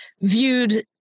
viewed